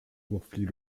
conflit